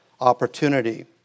opportunity